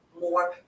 more